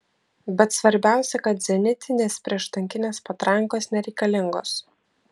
bet svarbiausia kad zenitinės prieštankinės patrankos nereikalingos